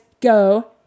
go